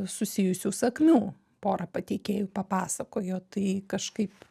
susijusių sakmių pora pateikėjų papasakojo tai kažkaip